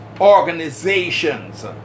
organizations